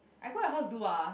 I got the house do ah